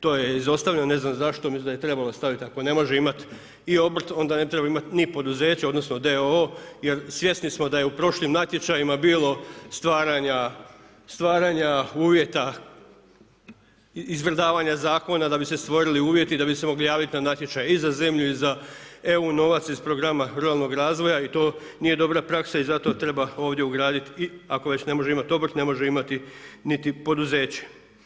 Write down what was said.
To je izostavljeno, ne znam zašto, mislim da je trebalo staviti ako ne može imati i obrt onda ne trebati imati ni poduzeće odnosno d.o.o. jer svjesni smo da je u prošlim natječajima bilo stvaranja uvjeta, izvrdavanja zakona da bi se stvorili uvjeti, da bi se mogli javiti na natječaj i za zemlju i za eu novac iz programa ruralnog razvoja i to nije dobra praksa i zato treba ovdje ugraditi i ako već ne može imati obrt, ne možemo imati niti poduzeće.